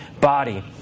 body